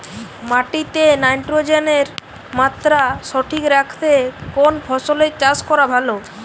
মাটিতে নাইট্রোজেনের মাত্রা সঠিক রাখতে কোন ফসলের চাষ করা ভালো?